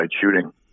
shooting